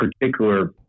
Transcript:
particular